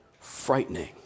frightening